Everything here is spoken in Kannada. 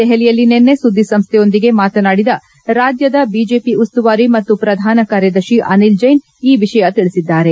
ದೆಹಲಿಯಲ್ಲಿ ನಿನ್ನೆ ಸುದ್ದಿಸಂಸ್ವೆಯೊಂದಿಗೆ ಮಾತನಾಡಿದ ರಾಜ್ದದ ಬಿಜೆಪಿ ಉಸ್ತುವಾರಿ ಮತ್ತು ಪ್ರಧಾನ ಕಾರ್ಯದರ್ಶಿ ಅನಿಲ್ ಜೈನ್ ಈ ವಿಷಯ ತಿಳಿಸಿದ್ದಾರೆ